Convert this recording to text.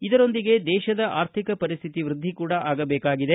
ಇದರೊಂದಿಗೆ ದೇಶದ ಆರ್ಥಿಕ ಪರಿಸ್ತಿತಿ ವೃದ್ಧಿ ಕೂಡಾ ಆಗಬೇಕಾಗಿದೆ